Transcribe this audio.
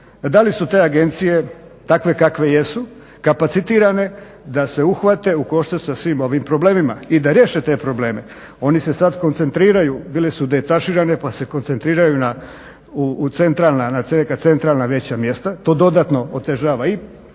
da li su te agencije takve kakve jesu, kapacitirane da se uhvate u koštac sa svim ovim problemima i da riješe te probleme. Oni se sad koncentriraju, bile su detaširane pa se koncentriraju u neka centralna veća mjesta, to dodatno otežava i